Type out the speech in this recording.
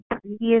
previous